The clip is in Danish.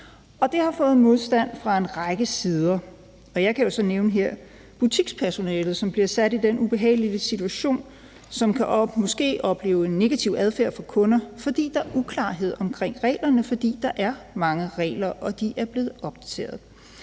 Det har mødt modstand fra en række sider, og jeg kan jo så her nævne butikspersonalet, som bliver sat i den ubehagelige situation måske at opleve en negativ adfærd fra kunder, fordi der er uklarhed omkring reglerne. For der er mange regler og de er blevet opdateret,